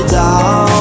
down